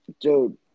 Dude